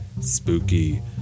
spooky